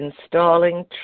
installing